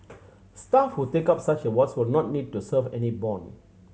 staff who take up such awards will not need to serve any bond